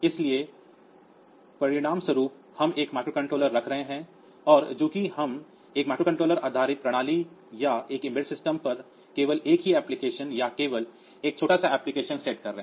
इसलिए परिणामस्वरूप हम एक माइक्रोकंट्रोलर रख रहे हैं और चूंकि हम एक माइक्रोकंट्रोलर आधारित प्रणाली या एक एम्बेडेड सिस्टम पर केवल एक ही एप्लिकेशन या केवल एक छोटा सा एप्लिकेशन सेट कर रहे हैं